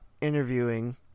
interviewing